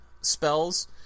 Spells